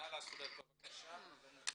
בבקשה.